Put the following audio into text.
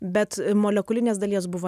bet molekulinės dalies buvo